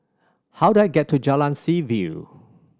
how do I get to Jalan Seaview